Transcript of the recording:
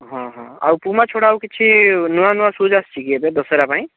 ହଁ ହଁ ଆଉ ପୁମା ଛଡ଼ା ଆଉ କିଛି ନୂଆ ନୂଆ ସୁଜ୍ ଆସିଛି କି ଏବେ ଦଶହରା ପାଇଁ